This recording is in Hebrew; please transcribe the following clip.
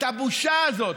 את הבושה הזאת,